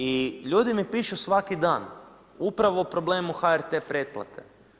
I ljudi mi pišu svaki dan upravo o problemu HRT pretplate.